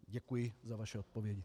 Děkuji za vaši odpověď.